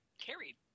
carried